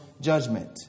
judgment